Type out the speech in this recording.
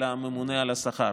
אלא הממונה על השכר.